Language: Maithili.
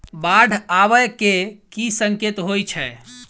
बाढ़ आबै केँ की संकेत होइ छै?